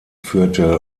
führte